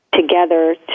together